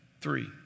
three